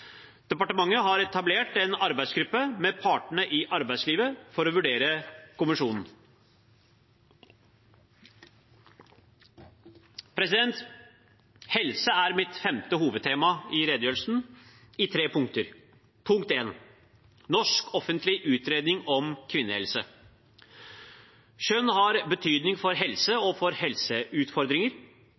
Departementet har etablert en arbeidsgruppe med partene i arbeidslivet for å vurdere konvensjonen. Mitt femte hovedtema er helse, i tre punkter. Punkt 1 er en norsk offentlig utredning, NOU, om kvinnehelse. Kjønn har betydning for helse og for helseutfordringer.